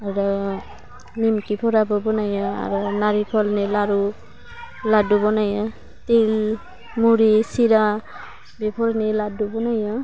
आरो नेमखिफोराबो बनायो आरो नारिखलनि लारु लादु बनायो टिल मुरि सिरा बेफोरनि लादु बनायो